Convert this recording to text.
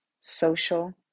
social